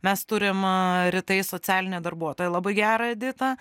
mes turim rytais socialinę darbuotoją labai gerą editą